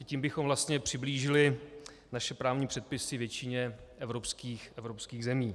Tím bychom vlastně přiblížili naše právní předpisy většině evropských zemí.